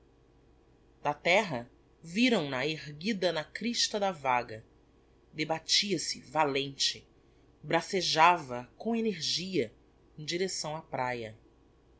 de terra viram na erguida na crista da vaga debatia-se valente bracejava com energia em direcção á praia